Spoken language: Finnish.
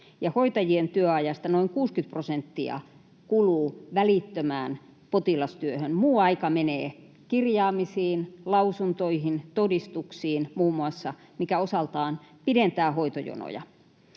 hoitajien työajasta noin 60 prosenttia kuluu välittömään potilastyöhön. Muu aika menee kirjaamisiin, lausuntoihin, todistuksiin, muun muassa, mikä osaltaan pidentää hoitojonoja.